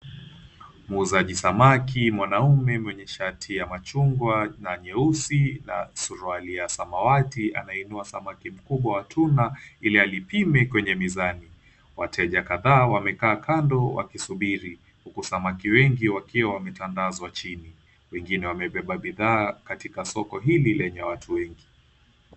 Muuzaji samaki, mwanaume mwenye shati ya machungwa na nyeusi na suruali ya samawati anainua samaki mkubwa wa Tuna hili alipime kwenye mizani. Wateja kadhaa wamekaa kando wakisubiri huku samaki wengi wakiwa wametandazwa chini. Wengine wamebeba bidhaa katika soko hili la watu wengi